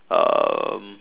um